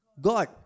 God